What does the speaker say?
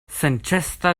senĉesa